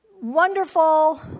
Wonderful